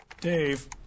Dave